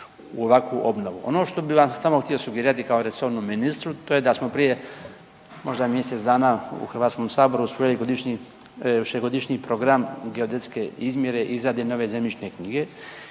u ovakvu obnovu. Ono što bi vam samo htio sugerirati kao resornom ministru, to je da smo prije, možda mjesec dana u Hrvatskom saboru usvojili višegodišnji program geodetske izmjere, izrade nove Zemljišne knjige,